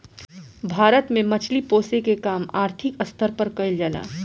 भारत में मछली पोसेके के काम आर्थिक स्तर पर कईल जा ला